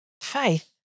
faith